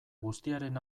guztiaren